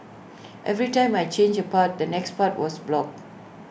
every time I changed A path the next path was blocked